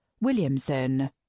Williamson